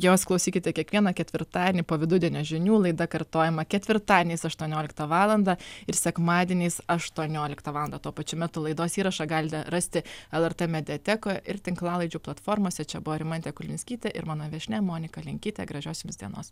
jos klausykite kiekvieną ketvirtadienį po vidudienio žinių laida kartojama ketvirtadieniais aštuonioliktą valandą ir sekmadieniais aštuonioliktą valandą tuo pačiu metu laidos įrašą galite rasti lrt mediatekoj ir tinklalaidžių platformose čia buvo rimantė kulvinskytė ir mano viešnia monika linkytė gražios jums dienos